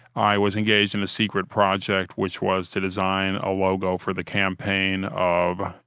i was engaged in a secret project, which was to design a logo for the campaign of,